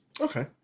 Okay